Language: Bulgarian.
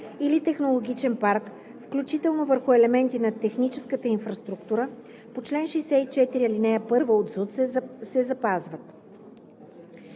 или технологичен парк, включително върху елементи на техническата инфраструктура по чл. 64, ал. 1 от ЗУТ се запазват;